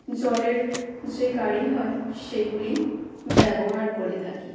জলের যে গাড়ি হয় সেগুলি ব্যবহার করে থাকি